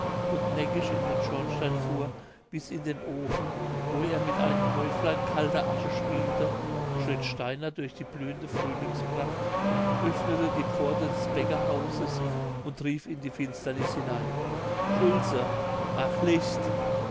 und neckisch in den schornstein fuhr bis in den ofen wo er mit einem häuflein kalter asche spielte schritt steiner durch die blühende frühlingspracht öffnete die pforte des bäckerhauses und rief in die finsternis hinein schulze mach licht